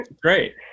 Great